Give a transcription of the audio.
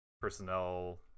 personnel